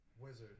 wizard